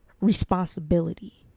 responsibility